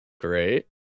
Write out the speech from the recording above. Great